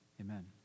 Amen